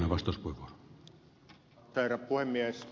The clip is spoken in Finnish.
arvoisa herra puhemies